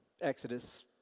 Exodus